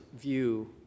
view